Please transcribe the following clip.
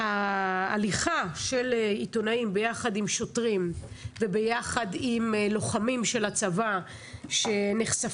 ההליכה של עיתונאים ביחד עם שוטרים וביחד עם לוחמים של הצבא שנחשפים,